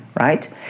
right